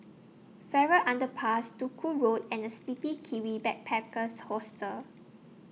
Farrer Underpass Duku Road and The Sleepy Kiwi Backpackers Hostel